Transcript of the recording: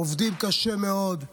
עובדים קשה מאוד,